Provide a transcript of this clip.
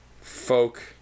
folk